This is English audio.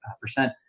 percent